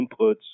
inputs